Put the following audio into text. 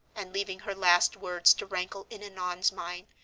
and leaving her last words to rankle in annon's mind,